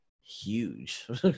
Huge